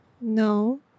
no